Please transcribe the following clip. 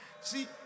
See